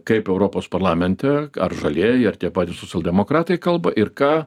kaip europos parlamente ar žalieji ar tie patys socialdemokratai kalba ir ką